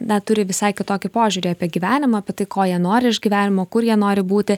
na turi visai kitokį požiūrį apie gyvenimą apie tai ko jie nori iš gyvenimo kur jie nori būti